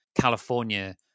California